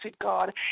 God